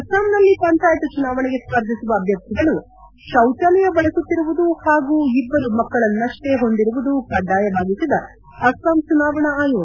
ಅಸ್ಲಾಂನಲ್ಲಿ ಪಂಚಾಯತ್ ಚುನಾವಣೆಗೆ ಸ್ಪರ್ಧಿಸುವ ಅಭ್ಯರ್ಥಿಗಳು ಶೌಚಾಲಯ ಬಳಸುತ್ತಿರುವುದು ಹಾಗೂ ಇಬ್ಲರು ಮಕ್ಕಳನ್ನಷ್ಷೇ ಹೊಂದಿರುವುದನ್ನು ಕಡ್ಡಾಯವಾಗಿಸಿದ ಅಸ್ಸಾಂ ಚುನಾವಣಾ ಆಯೋಗ